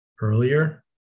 earlier